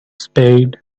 spade